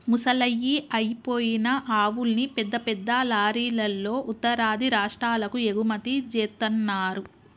ముసలయ్యి అయిపోయిన ఆవుల్ని పెద్ద పెద్ద లారీలల్లో ఉత్తరాది రాష్టాలకు ఎగుమతి జేత్తన్నరు